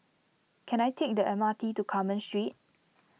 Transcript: can I take the M R T to Carmen Street